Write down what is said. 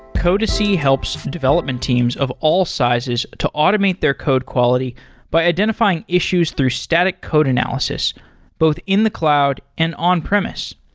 codacy helps development teams of all sizes to automate their code quality by identifying issues through static code analysis both in the cloud and on-premise.